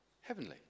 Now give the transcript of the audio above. heavenly